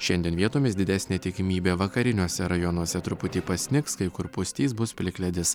šiandien vietomis didesnė tikimybė vakariniuose rajonuose truputį pasnigs kai kur pustys bus plikledis